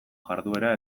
jarduera